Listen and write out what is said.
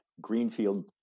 Greenfield